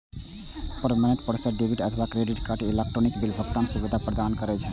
payment processor debit अथवा credit card सं electronic bill भुगतानक सुविधा प्रदान करै छै